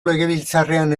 legebiltzarrean